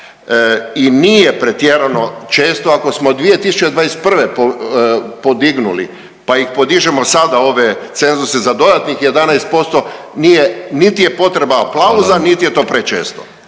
i nije pretjerano često ako smo 2021. podignuli, pa ih podižemo sada ove cenzuse za dodatnih 11% nije, niti je potreba aplauza…/Upadica